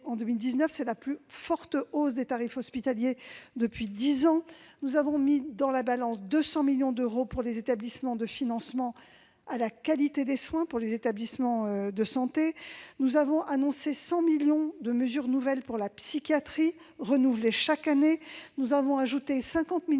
c'est la plus forte hausse des tarifs hospitaliers depuis dix ans. Nous avons mis dans la balance 200 millions d'euros pour le financement de la qualité des soins dans les établissements de santé. Nous avons annoncé 100 millions d'euros de mesures nouvelles pour la psychiatrie, renouvelés chaque année. Nous avons ajouté 50 millions d'euros pour les soins de suite